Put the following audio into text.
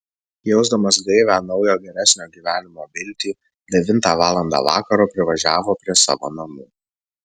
jausdamas gaivią naujo geresnio gyvenimo viltį devintą valandą vakaro privažiavo prie savo namų